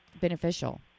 beneficial